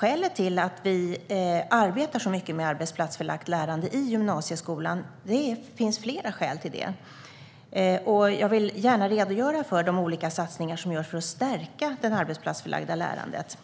Det finns flera skäl till att vi arbetar så mycket med arbetsplatsförlagt lärande i gymnasieskolan, och jag vill gärna redogöra för de olika satsningar som görs för att stärka det arbetsplatsförlagda lärandet.